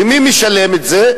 ומי משלם את זה?